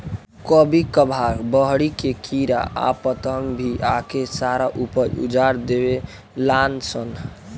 कभी कभार बहरी के कीड़ा आ पतंगा भी आके सारा ऊपज उजार देवे लान सन